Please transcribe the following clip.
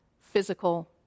physical